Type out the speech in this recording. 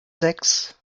sechs